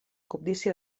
cobdícia